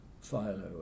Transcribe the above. Philo